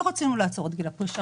לא רצינו לעצור את גיל הפרישה.